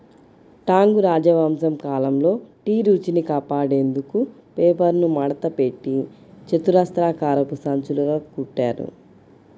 Tang రాజవంశం కాలంలో tea రుచిని కాపాడేందుకు పేపర్ను మడతపెట్టి చతురస్రాకారపు సంచులుగా కుట్టారు